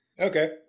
Okay